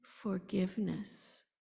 forgiveness